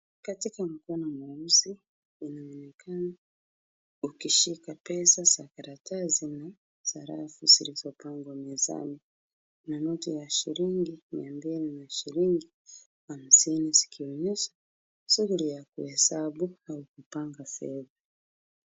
Katika mkono mweusi unaonekana ukishika pesa za karatasi na sarafu zilizopangwa mezani. Noti ya shillingi mia mbili na ya shillingi hamsini zikionesha shughuli ya kuhesabu au kupanga fedha.